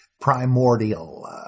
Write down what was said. primordial